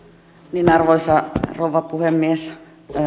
toimintatapoihin arvoisa rouva puhemies